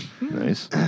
Nice